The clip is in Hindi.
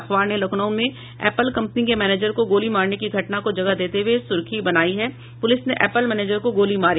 अखबार ने लखनऊ में एप्पल कंपनी के मैनेजर को गोली मारने की घटना को जगह देते हुये सुर्खी बनायी है पुलिस ने एप्पल मैनेजर को गोली मारी